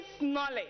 knowledge